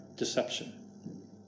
Deception